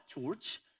George